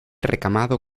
recamado